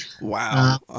Wow